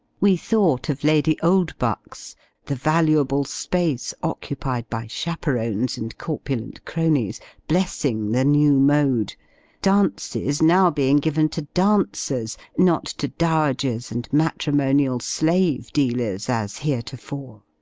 we thought of lady oldbuck's the valuable space occupied by chaperones and corpulent cronies blessing the new mode dances now being given to dancers, not to dowagers and matrimonial slave-dealers, as heretofore.